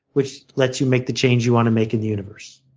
which lets you make the change you want to make in the universe.